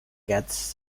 cats